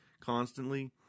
constantly